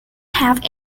have